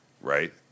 Right